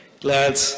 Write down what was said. glad